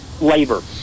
labor